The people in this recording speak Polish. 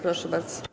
Proszę bardzo.